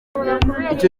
icyo